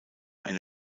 eine